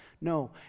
No